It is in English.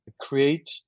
create